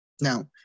Now